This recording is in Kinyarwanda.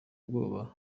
ubwoba